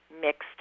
mixed